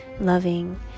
loving